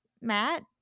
Matt